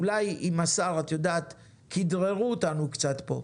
אולי אם השר את יודעת, כדררו אותנו קצת פה.